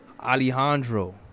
alejandro